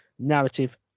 narrative